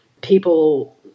people